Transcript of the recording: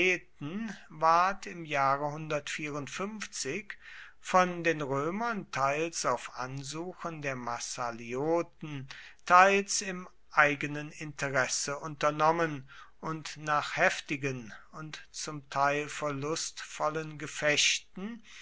im jahre von den römern teils auf ansuchen der massalioten teils im eigenen interesse unternommen und nach heftigen und zum teil verlustvollen gefechten